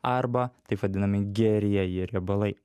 arba taip vadinami gerieji riebalai